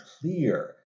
clear